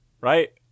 right